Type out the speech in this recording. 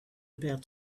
about